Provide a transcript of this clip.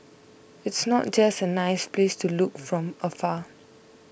it's not just a nice place to look from afar